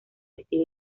estilo